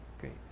great